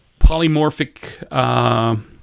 polymorphic